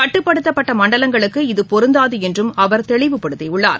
கட்டுப்படுத்தப்பட்டமண்டலங்களுக்கு இது பொருந்தாதுஎன்றும் அவர் தெளிவுபடுத்தியுள்ளார்